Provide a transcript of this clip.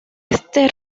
este